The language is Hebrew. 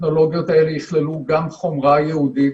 הטכנולוגיות האלה יכללו גם חומרה ייעודית,